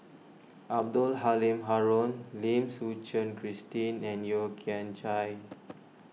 Abdul Halim Haron Lim Suchen Christine and Yeo Kian Chye